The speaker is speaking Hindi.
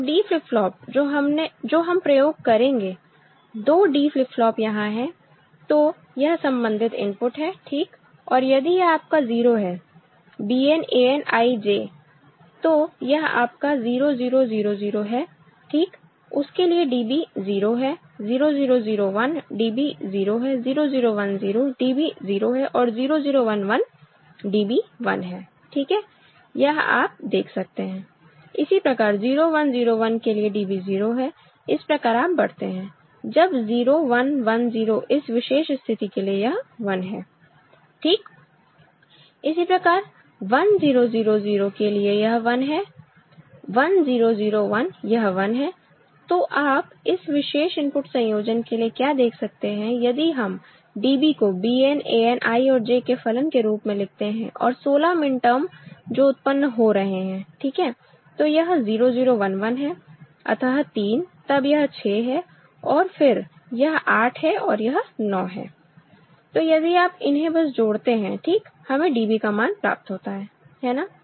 तो D फ्लिप फ्लॉप जो हम प्रयोग करेंगे 2 D फ्लिप फ्लॉप यहां है तो यह संबंधित इनपुट है ठीक और यदि यह आपका 0 है Bn An I J तो यह आपका 0 0 0 0 है ठीक उस के लिए DB 0 है 0 0 0 1 DB 0 है 0 0 1 0 DB 0 है और 0 0 1 1 DB 1 है ठीक है यह आप देख सकते हैं इसी प्रकार 0 1 0 1 के लिए DB 0 है इस प्रकार आप बढ़ते हैं जब 0 1 1 0 इस विशेष स्थिति के लिए यह 1 है ठीक इसी प्रकार 1 0 0 0 के लिए यह 1 है 1 0 0 1 यह 1 है तो आप इस विशेष इनपुट संयोजन के लिए क्या देख सकते हैं यदि हम DB को Bn An I और J के फलन के रूप में लिखते हैं और 16 मिनटर्म जो उत्पन्न हो रहे हैं ठीक है तो यह 0 0 1 1 है अतः 3 तब यह 6 है और फिर यह 8 है और यह 9 है तो यदि आप इन्हें बस जोड़ते हैं ठीक हमें DB का मान प्राप्त होता है है ना